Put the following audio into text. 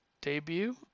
debut